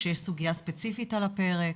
כשיש סוגיה ספציפית על הפרק.